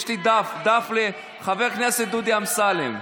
יש לי דף לחבר הכנסת דודי אמסלם.